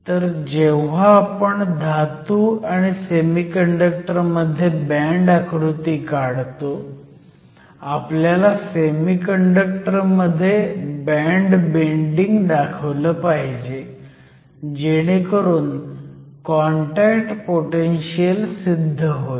तर जेव्हा आपण धातू आणि सेमीकंडक्टर मध्ये बँड आकृती काढतो आपल्याला सेमीकंडक्टर मध्ये बँड बेंडिंग दाखवलं पाहिजे जेणेकरून कॉन्टॅक्ट पोटेनशीयल सिद्ध होईल